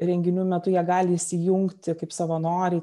renginių metu jie gali įsijungti kaip savanoriai